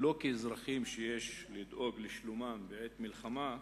לא כאזרחים שיש לדאוג לשלומם בעת מלחמה,